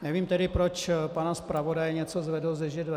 Nevím tedy, proč pana zpravodaje něco zvedlo ze židle.